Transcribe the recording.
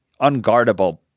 unguardable